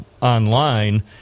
online